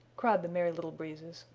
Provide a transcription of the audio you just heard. cried the merry little breezes,